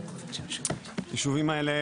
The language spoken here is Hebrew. הישובים האלה,